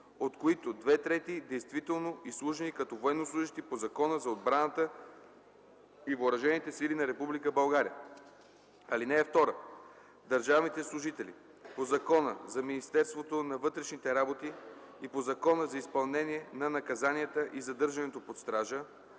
от които две трети действително изслужени като военнослужещи по Закона за отбраната и въоръжените сили на Република България. (2) Държавните служители по Закона за Министерството на вътрешните работи и по Закона за изпълнение на наказанията и задържането под стража,